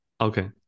Okay